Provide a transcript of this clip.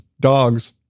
dogs